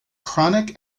chronic